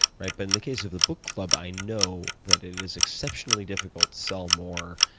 right? but in the case of the book club, i know that it is exceptionally difficult to sell more.